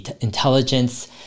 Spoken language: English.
intelligence